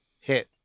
hit